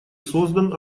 создан